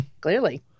Clearly